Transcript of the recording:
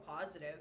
positive